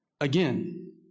Again